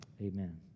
amen